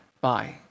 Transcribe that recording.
bye